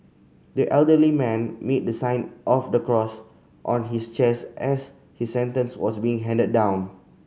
the elderly man made the sign of the cross on his chest as his sentence was being handed down